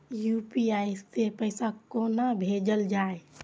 UPI सै पैसा कोना भैजल जाय?